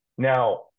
Now